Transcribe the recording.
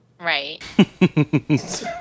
Right